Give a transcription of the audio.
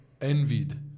envied